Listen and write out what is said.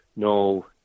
No